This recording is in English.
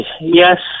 Yes